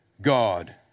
God